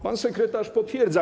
Pan sekretarz potwierdza.